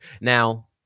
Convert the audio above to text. Now